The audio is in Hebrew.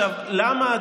למה,